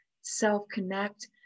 self-connect